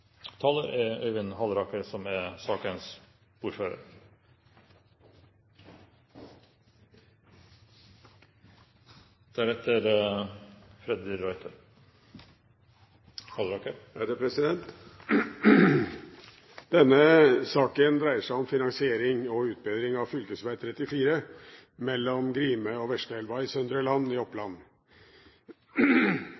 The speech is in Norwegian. Denne saken dreier seg om finansiering og utbedring av fv. 34 mellom Grime og Vesleelva i Søndre Land i